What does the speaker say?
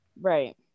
Right